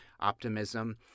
optimism